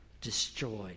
destroyed